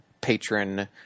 patron